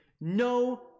no